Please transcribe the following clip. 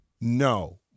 No